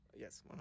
Yes